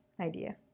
idea